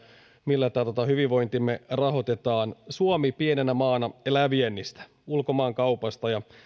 millä hyvinvointimme rahoitetaan suomi pienenä maana elää viennistä ulkomaankaupasta ja